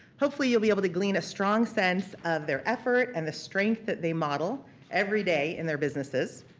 hopefully you'll be able the glean a strong sense of their effort and the strength that they model everyday in their businesses.